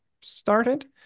started